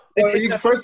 first